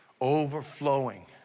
overflowing